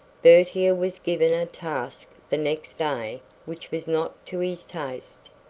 bertier was given a task the next day which was not to his taste.